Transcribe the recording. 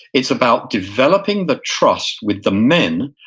it's about developing the trust with the men,